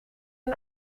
een